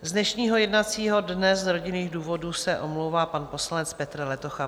Z dnešního jednacího dne se z rodinných důvodů omlouvá pan poslanec Petr Letocha.